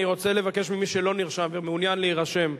אני רוצה לבקש ממי שלא נרשם ומעוניין להירשם,